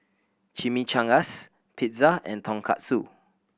Chimichangas Pizza and Tonkatsu